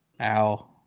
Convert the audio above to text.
ow